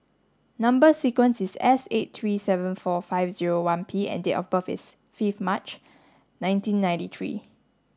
number sequence is S eight three seven four five zero one P and date of birth is fifth March nineteen ninety three